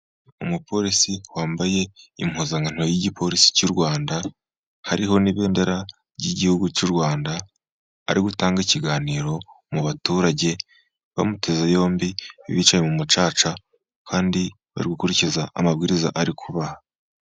Umupolisi wambaye impuzankano y'igipolisi cy'u Rwanda, hariho n'ibendera ry'igihugu cy'u Rwanda, ari gutanga ikiganiro mu baturage, bamuteze yombi, bicaye mu mucaca, kandi bari gukurikiza amabwiriza ari kubaha.